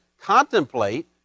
contemplate